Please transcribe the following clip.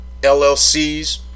LLCs